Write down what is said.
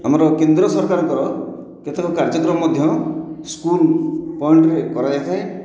ଆମର କେନ୍ଦ୍ର ସରକାରଙ୍କର କେତକ କାର୍ଯ୍ୟକ୍ରମ ମଧ୍ୟ ସ୍କୁଲ ପଏଣ୍ଟ ରେ କରାଯାଇଥାଏ